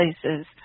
places